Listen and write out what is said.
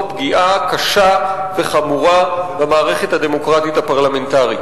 פגיעה קשה וחמורה במערכת הדמוקרטית הפרלמנטרית.